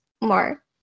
more